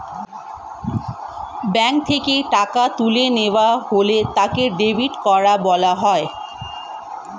bank থেকে টাকা তুলে নেওয়া হলে তাকে ডেবিট করা বলা হয়